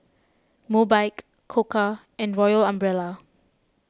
Mobike Koka and Royal Umbrella